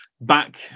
back